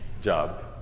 Job